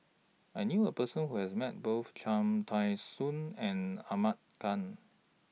I knew A Person Who has Met Both Cham Tao Soon and Ahmad Khan